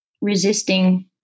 resisting